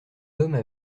hommes